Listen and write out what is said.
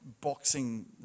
boxing